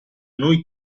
noi